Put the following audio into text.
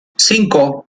cinco